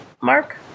Mark